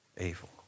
evil